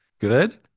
Good